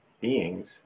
beings